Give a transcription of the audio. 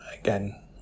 again